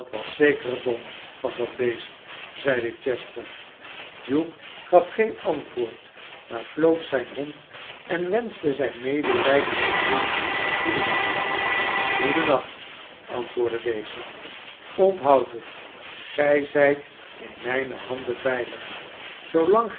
was zeker dom van het beest zeide chester hugh gaf geen antwoord maar floot zijn hond en wenschte zijn medelijdenden vriend goeden nacht goeden nacht antwoordde deze onthoud het gij zijt in mijne handen veilig zoolang